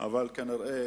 אבל הם כנראה